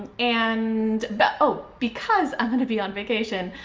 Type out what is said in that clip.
and, but oh! because i'm gonna be on vacation,